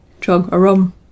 Chug-a-rum